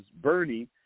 Bernie